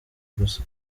gusa